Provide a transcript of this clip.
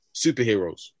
Superheroes